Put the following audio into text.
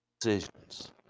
decisions